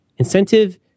Incentive